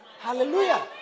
Hallelujah